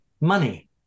money